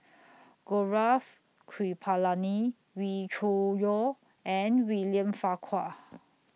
Gaurav Kripalani Wee Cho Yaw and William Farquhar